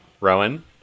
Rowan